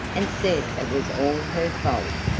and said it was all her fault,